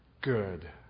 good